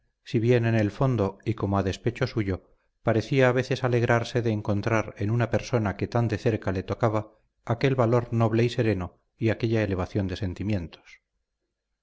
si bien en el fondo y como a despecho suyo parecía a veces alegrarse de encontrar en una persona que tan de cerca le tocaba aquel valor noble y sereno y aquella elevación de sentimientos